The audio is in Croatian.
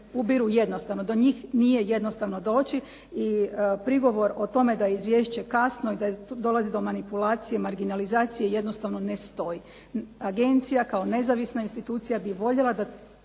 ubiru jednostavno. Do njih nije jednostavno doći i prigovor o tome da je izvješće kasno, i da dolazi do manipulacije, marginalizacije jednostavno ne stoji. Agencija kao nezavisna institucija bi voljela da